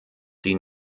die